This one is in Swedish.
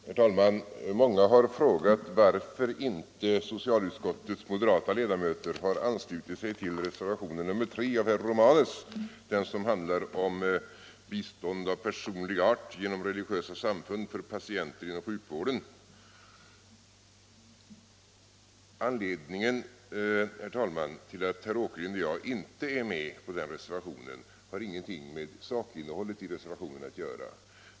Herr talman! Många har frågat varför inte socialutskottets moderata ledamöter har anslutit sig till reservationen 3 av herr Romanus, som 91 handlar om bistånd av personlig art genom bl.a. religiösa samfund för patienter inom sjukvården. Anledningen till att herr Åkerlind och jag inte har undertecknat denna reservation har inget samband med dess sakinnehåll.